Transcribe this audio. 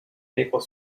maple